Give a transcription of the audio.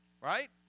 right